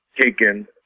taken